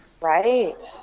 Right